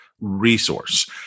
resource